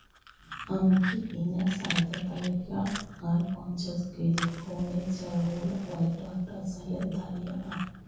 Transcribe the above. ᱟᱢ ᱠᱤ ᱤᱧᱟᱹᱜ ᱥᱟᱭᱫᱟ ᱛᱟᱞᱤᱠᱟ ᱟᱨ ᱯᱚᱧᱪᱟᱥ ᱠᱮᱡᱤ ᱯᱷᱳᱱᱮ ᱴᱟᱴᱟ ᱥᱮᱞᱮᱫ ᱫᱟᱮᱭᱟᱜᱼᱟ